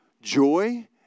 Joy